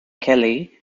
kelly